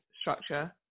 structure